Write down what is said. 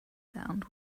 sound